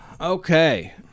Okay